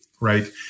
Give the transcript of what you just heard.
right